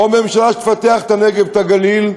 או ממשלה שתפתח את הנגב ואת הגליל,